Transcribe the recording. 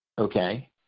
Okay